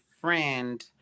friend